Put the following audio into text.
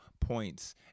points